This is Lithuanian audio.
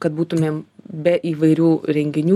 kad būtumėm be įvairių renginių